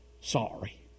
sorry